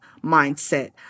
mindset